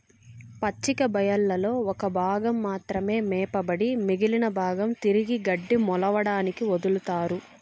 పచ్చిక బయళ్లలో ఒక భాగం మాత్రమే మేపబడి మిగిలిన భాగం తిరిగి గడ్డి మొలవడానికి వదులుతారు